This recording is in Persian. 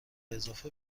اضافه